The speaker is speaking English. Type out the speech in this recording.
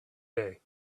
day